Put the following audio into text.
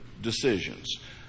decisions